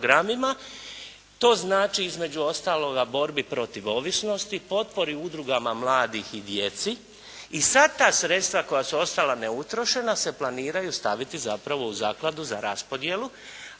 To znači između ostaloga borbi protiv ovisnosti, potpori udrugama mladih i djeci i sva ta sredstva koja su ostala neutrošena se planiraju staviti zapravo u zakladu za raspodjelu,